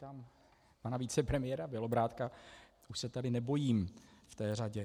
Vítám pana vicepremiéra Bělobrádka, už se tady nebojím v té řadě.